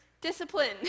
discipline